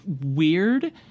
weird